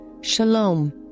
Shalom